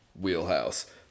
wheelhouse